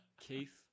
Keith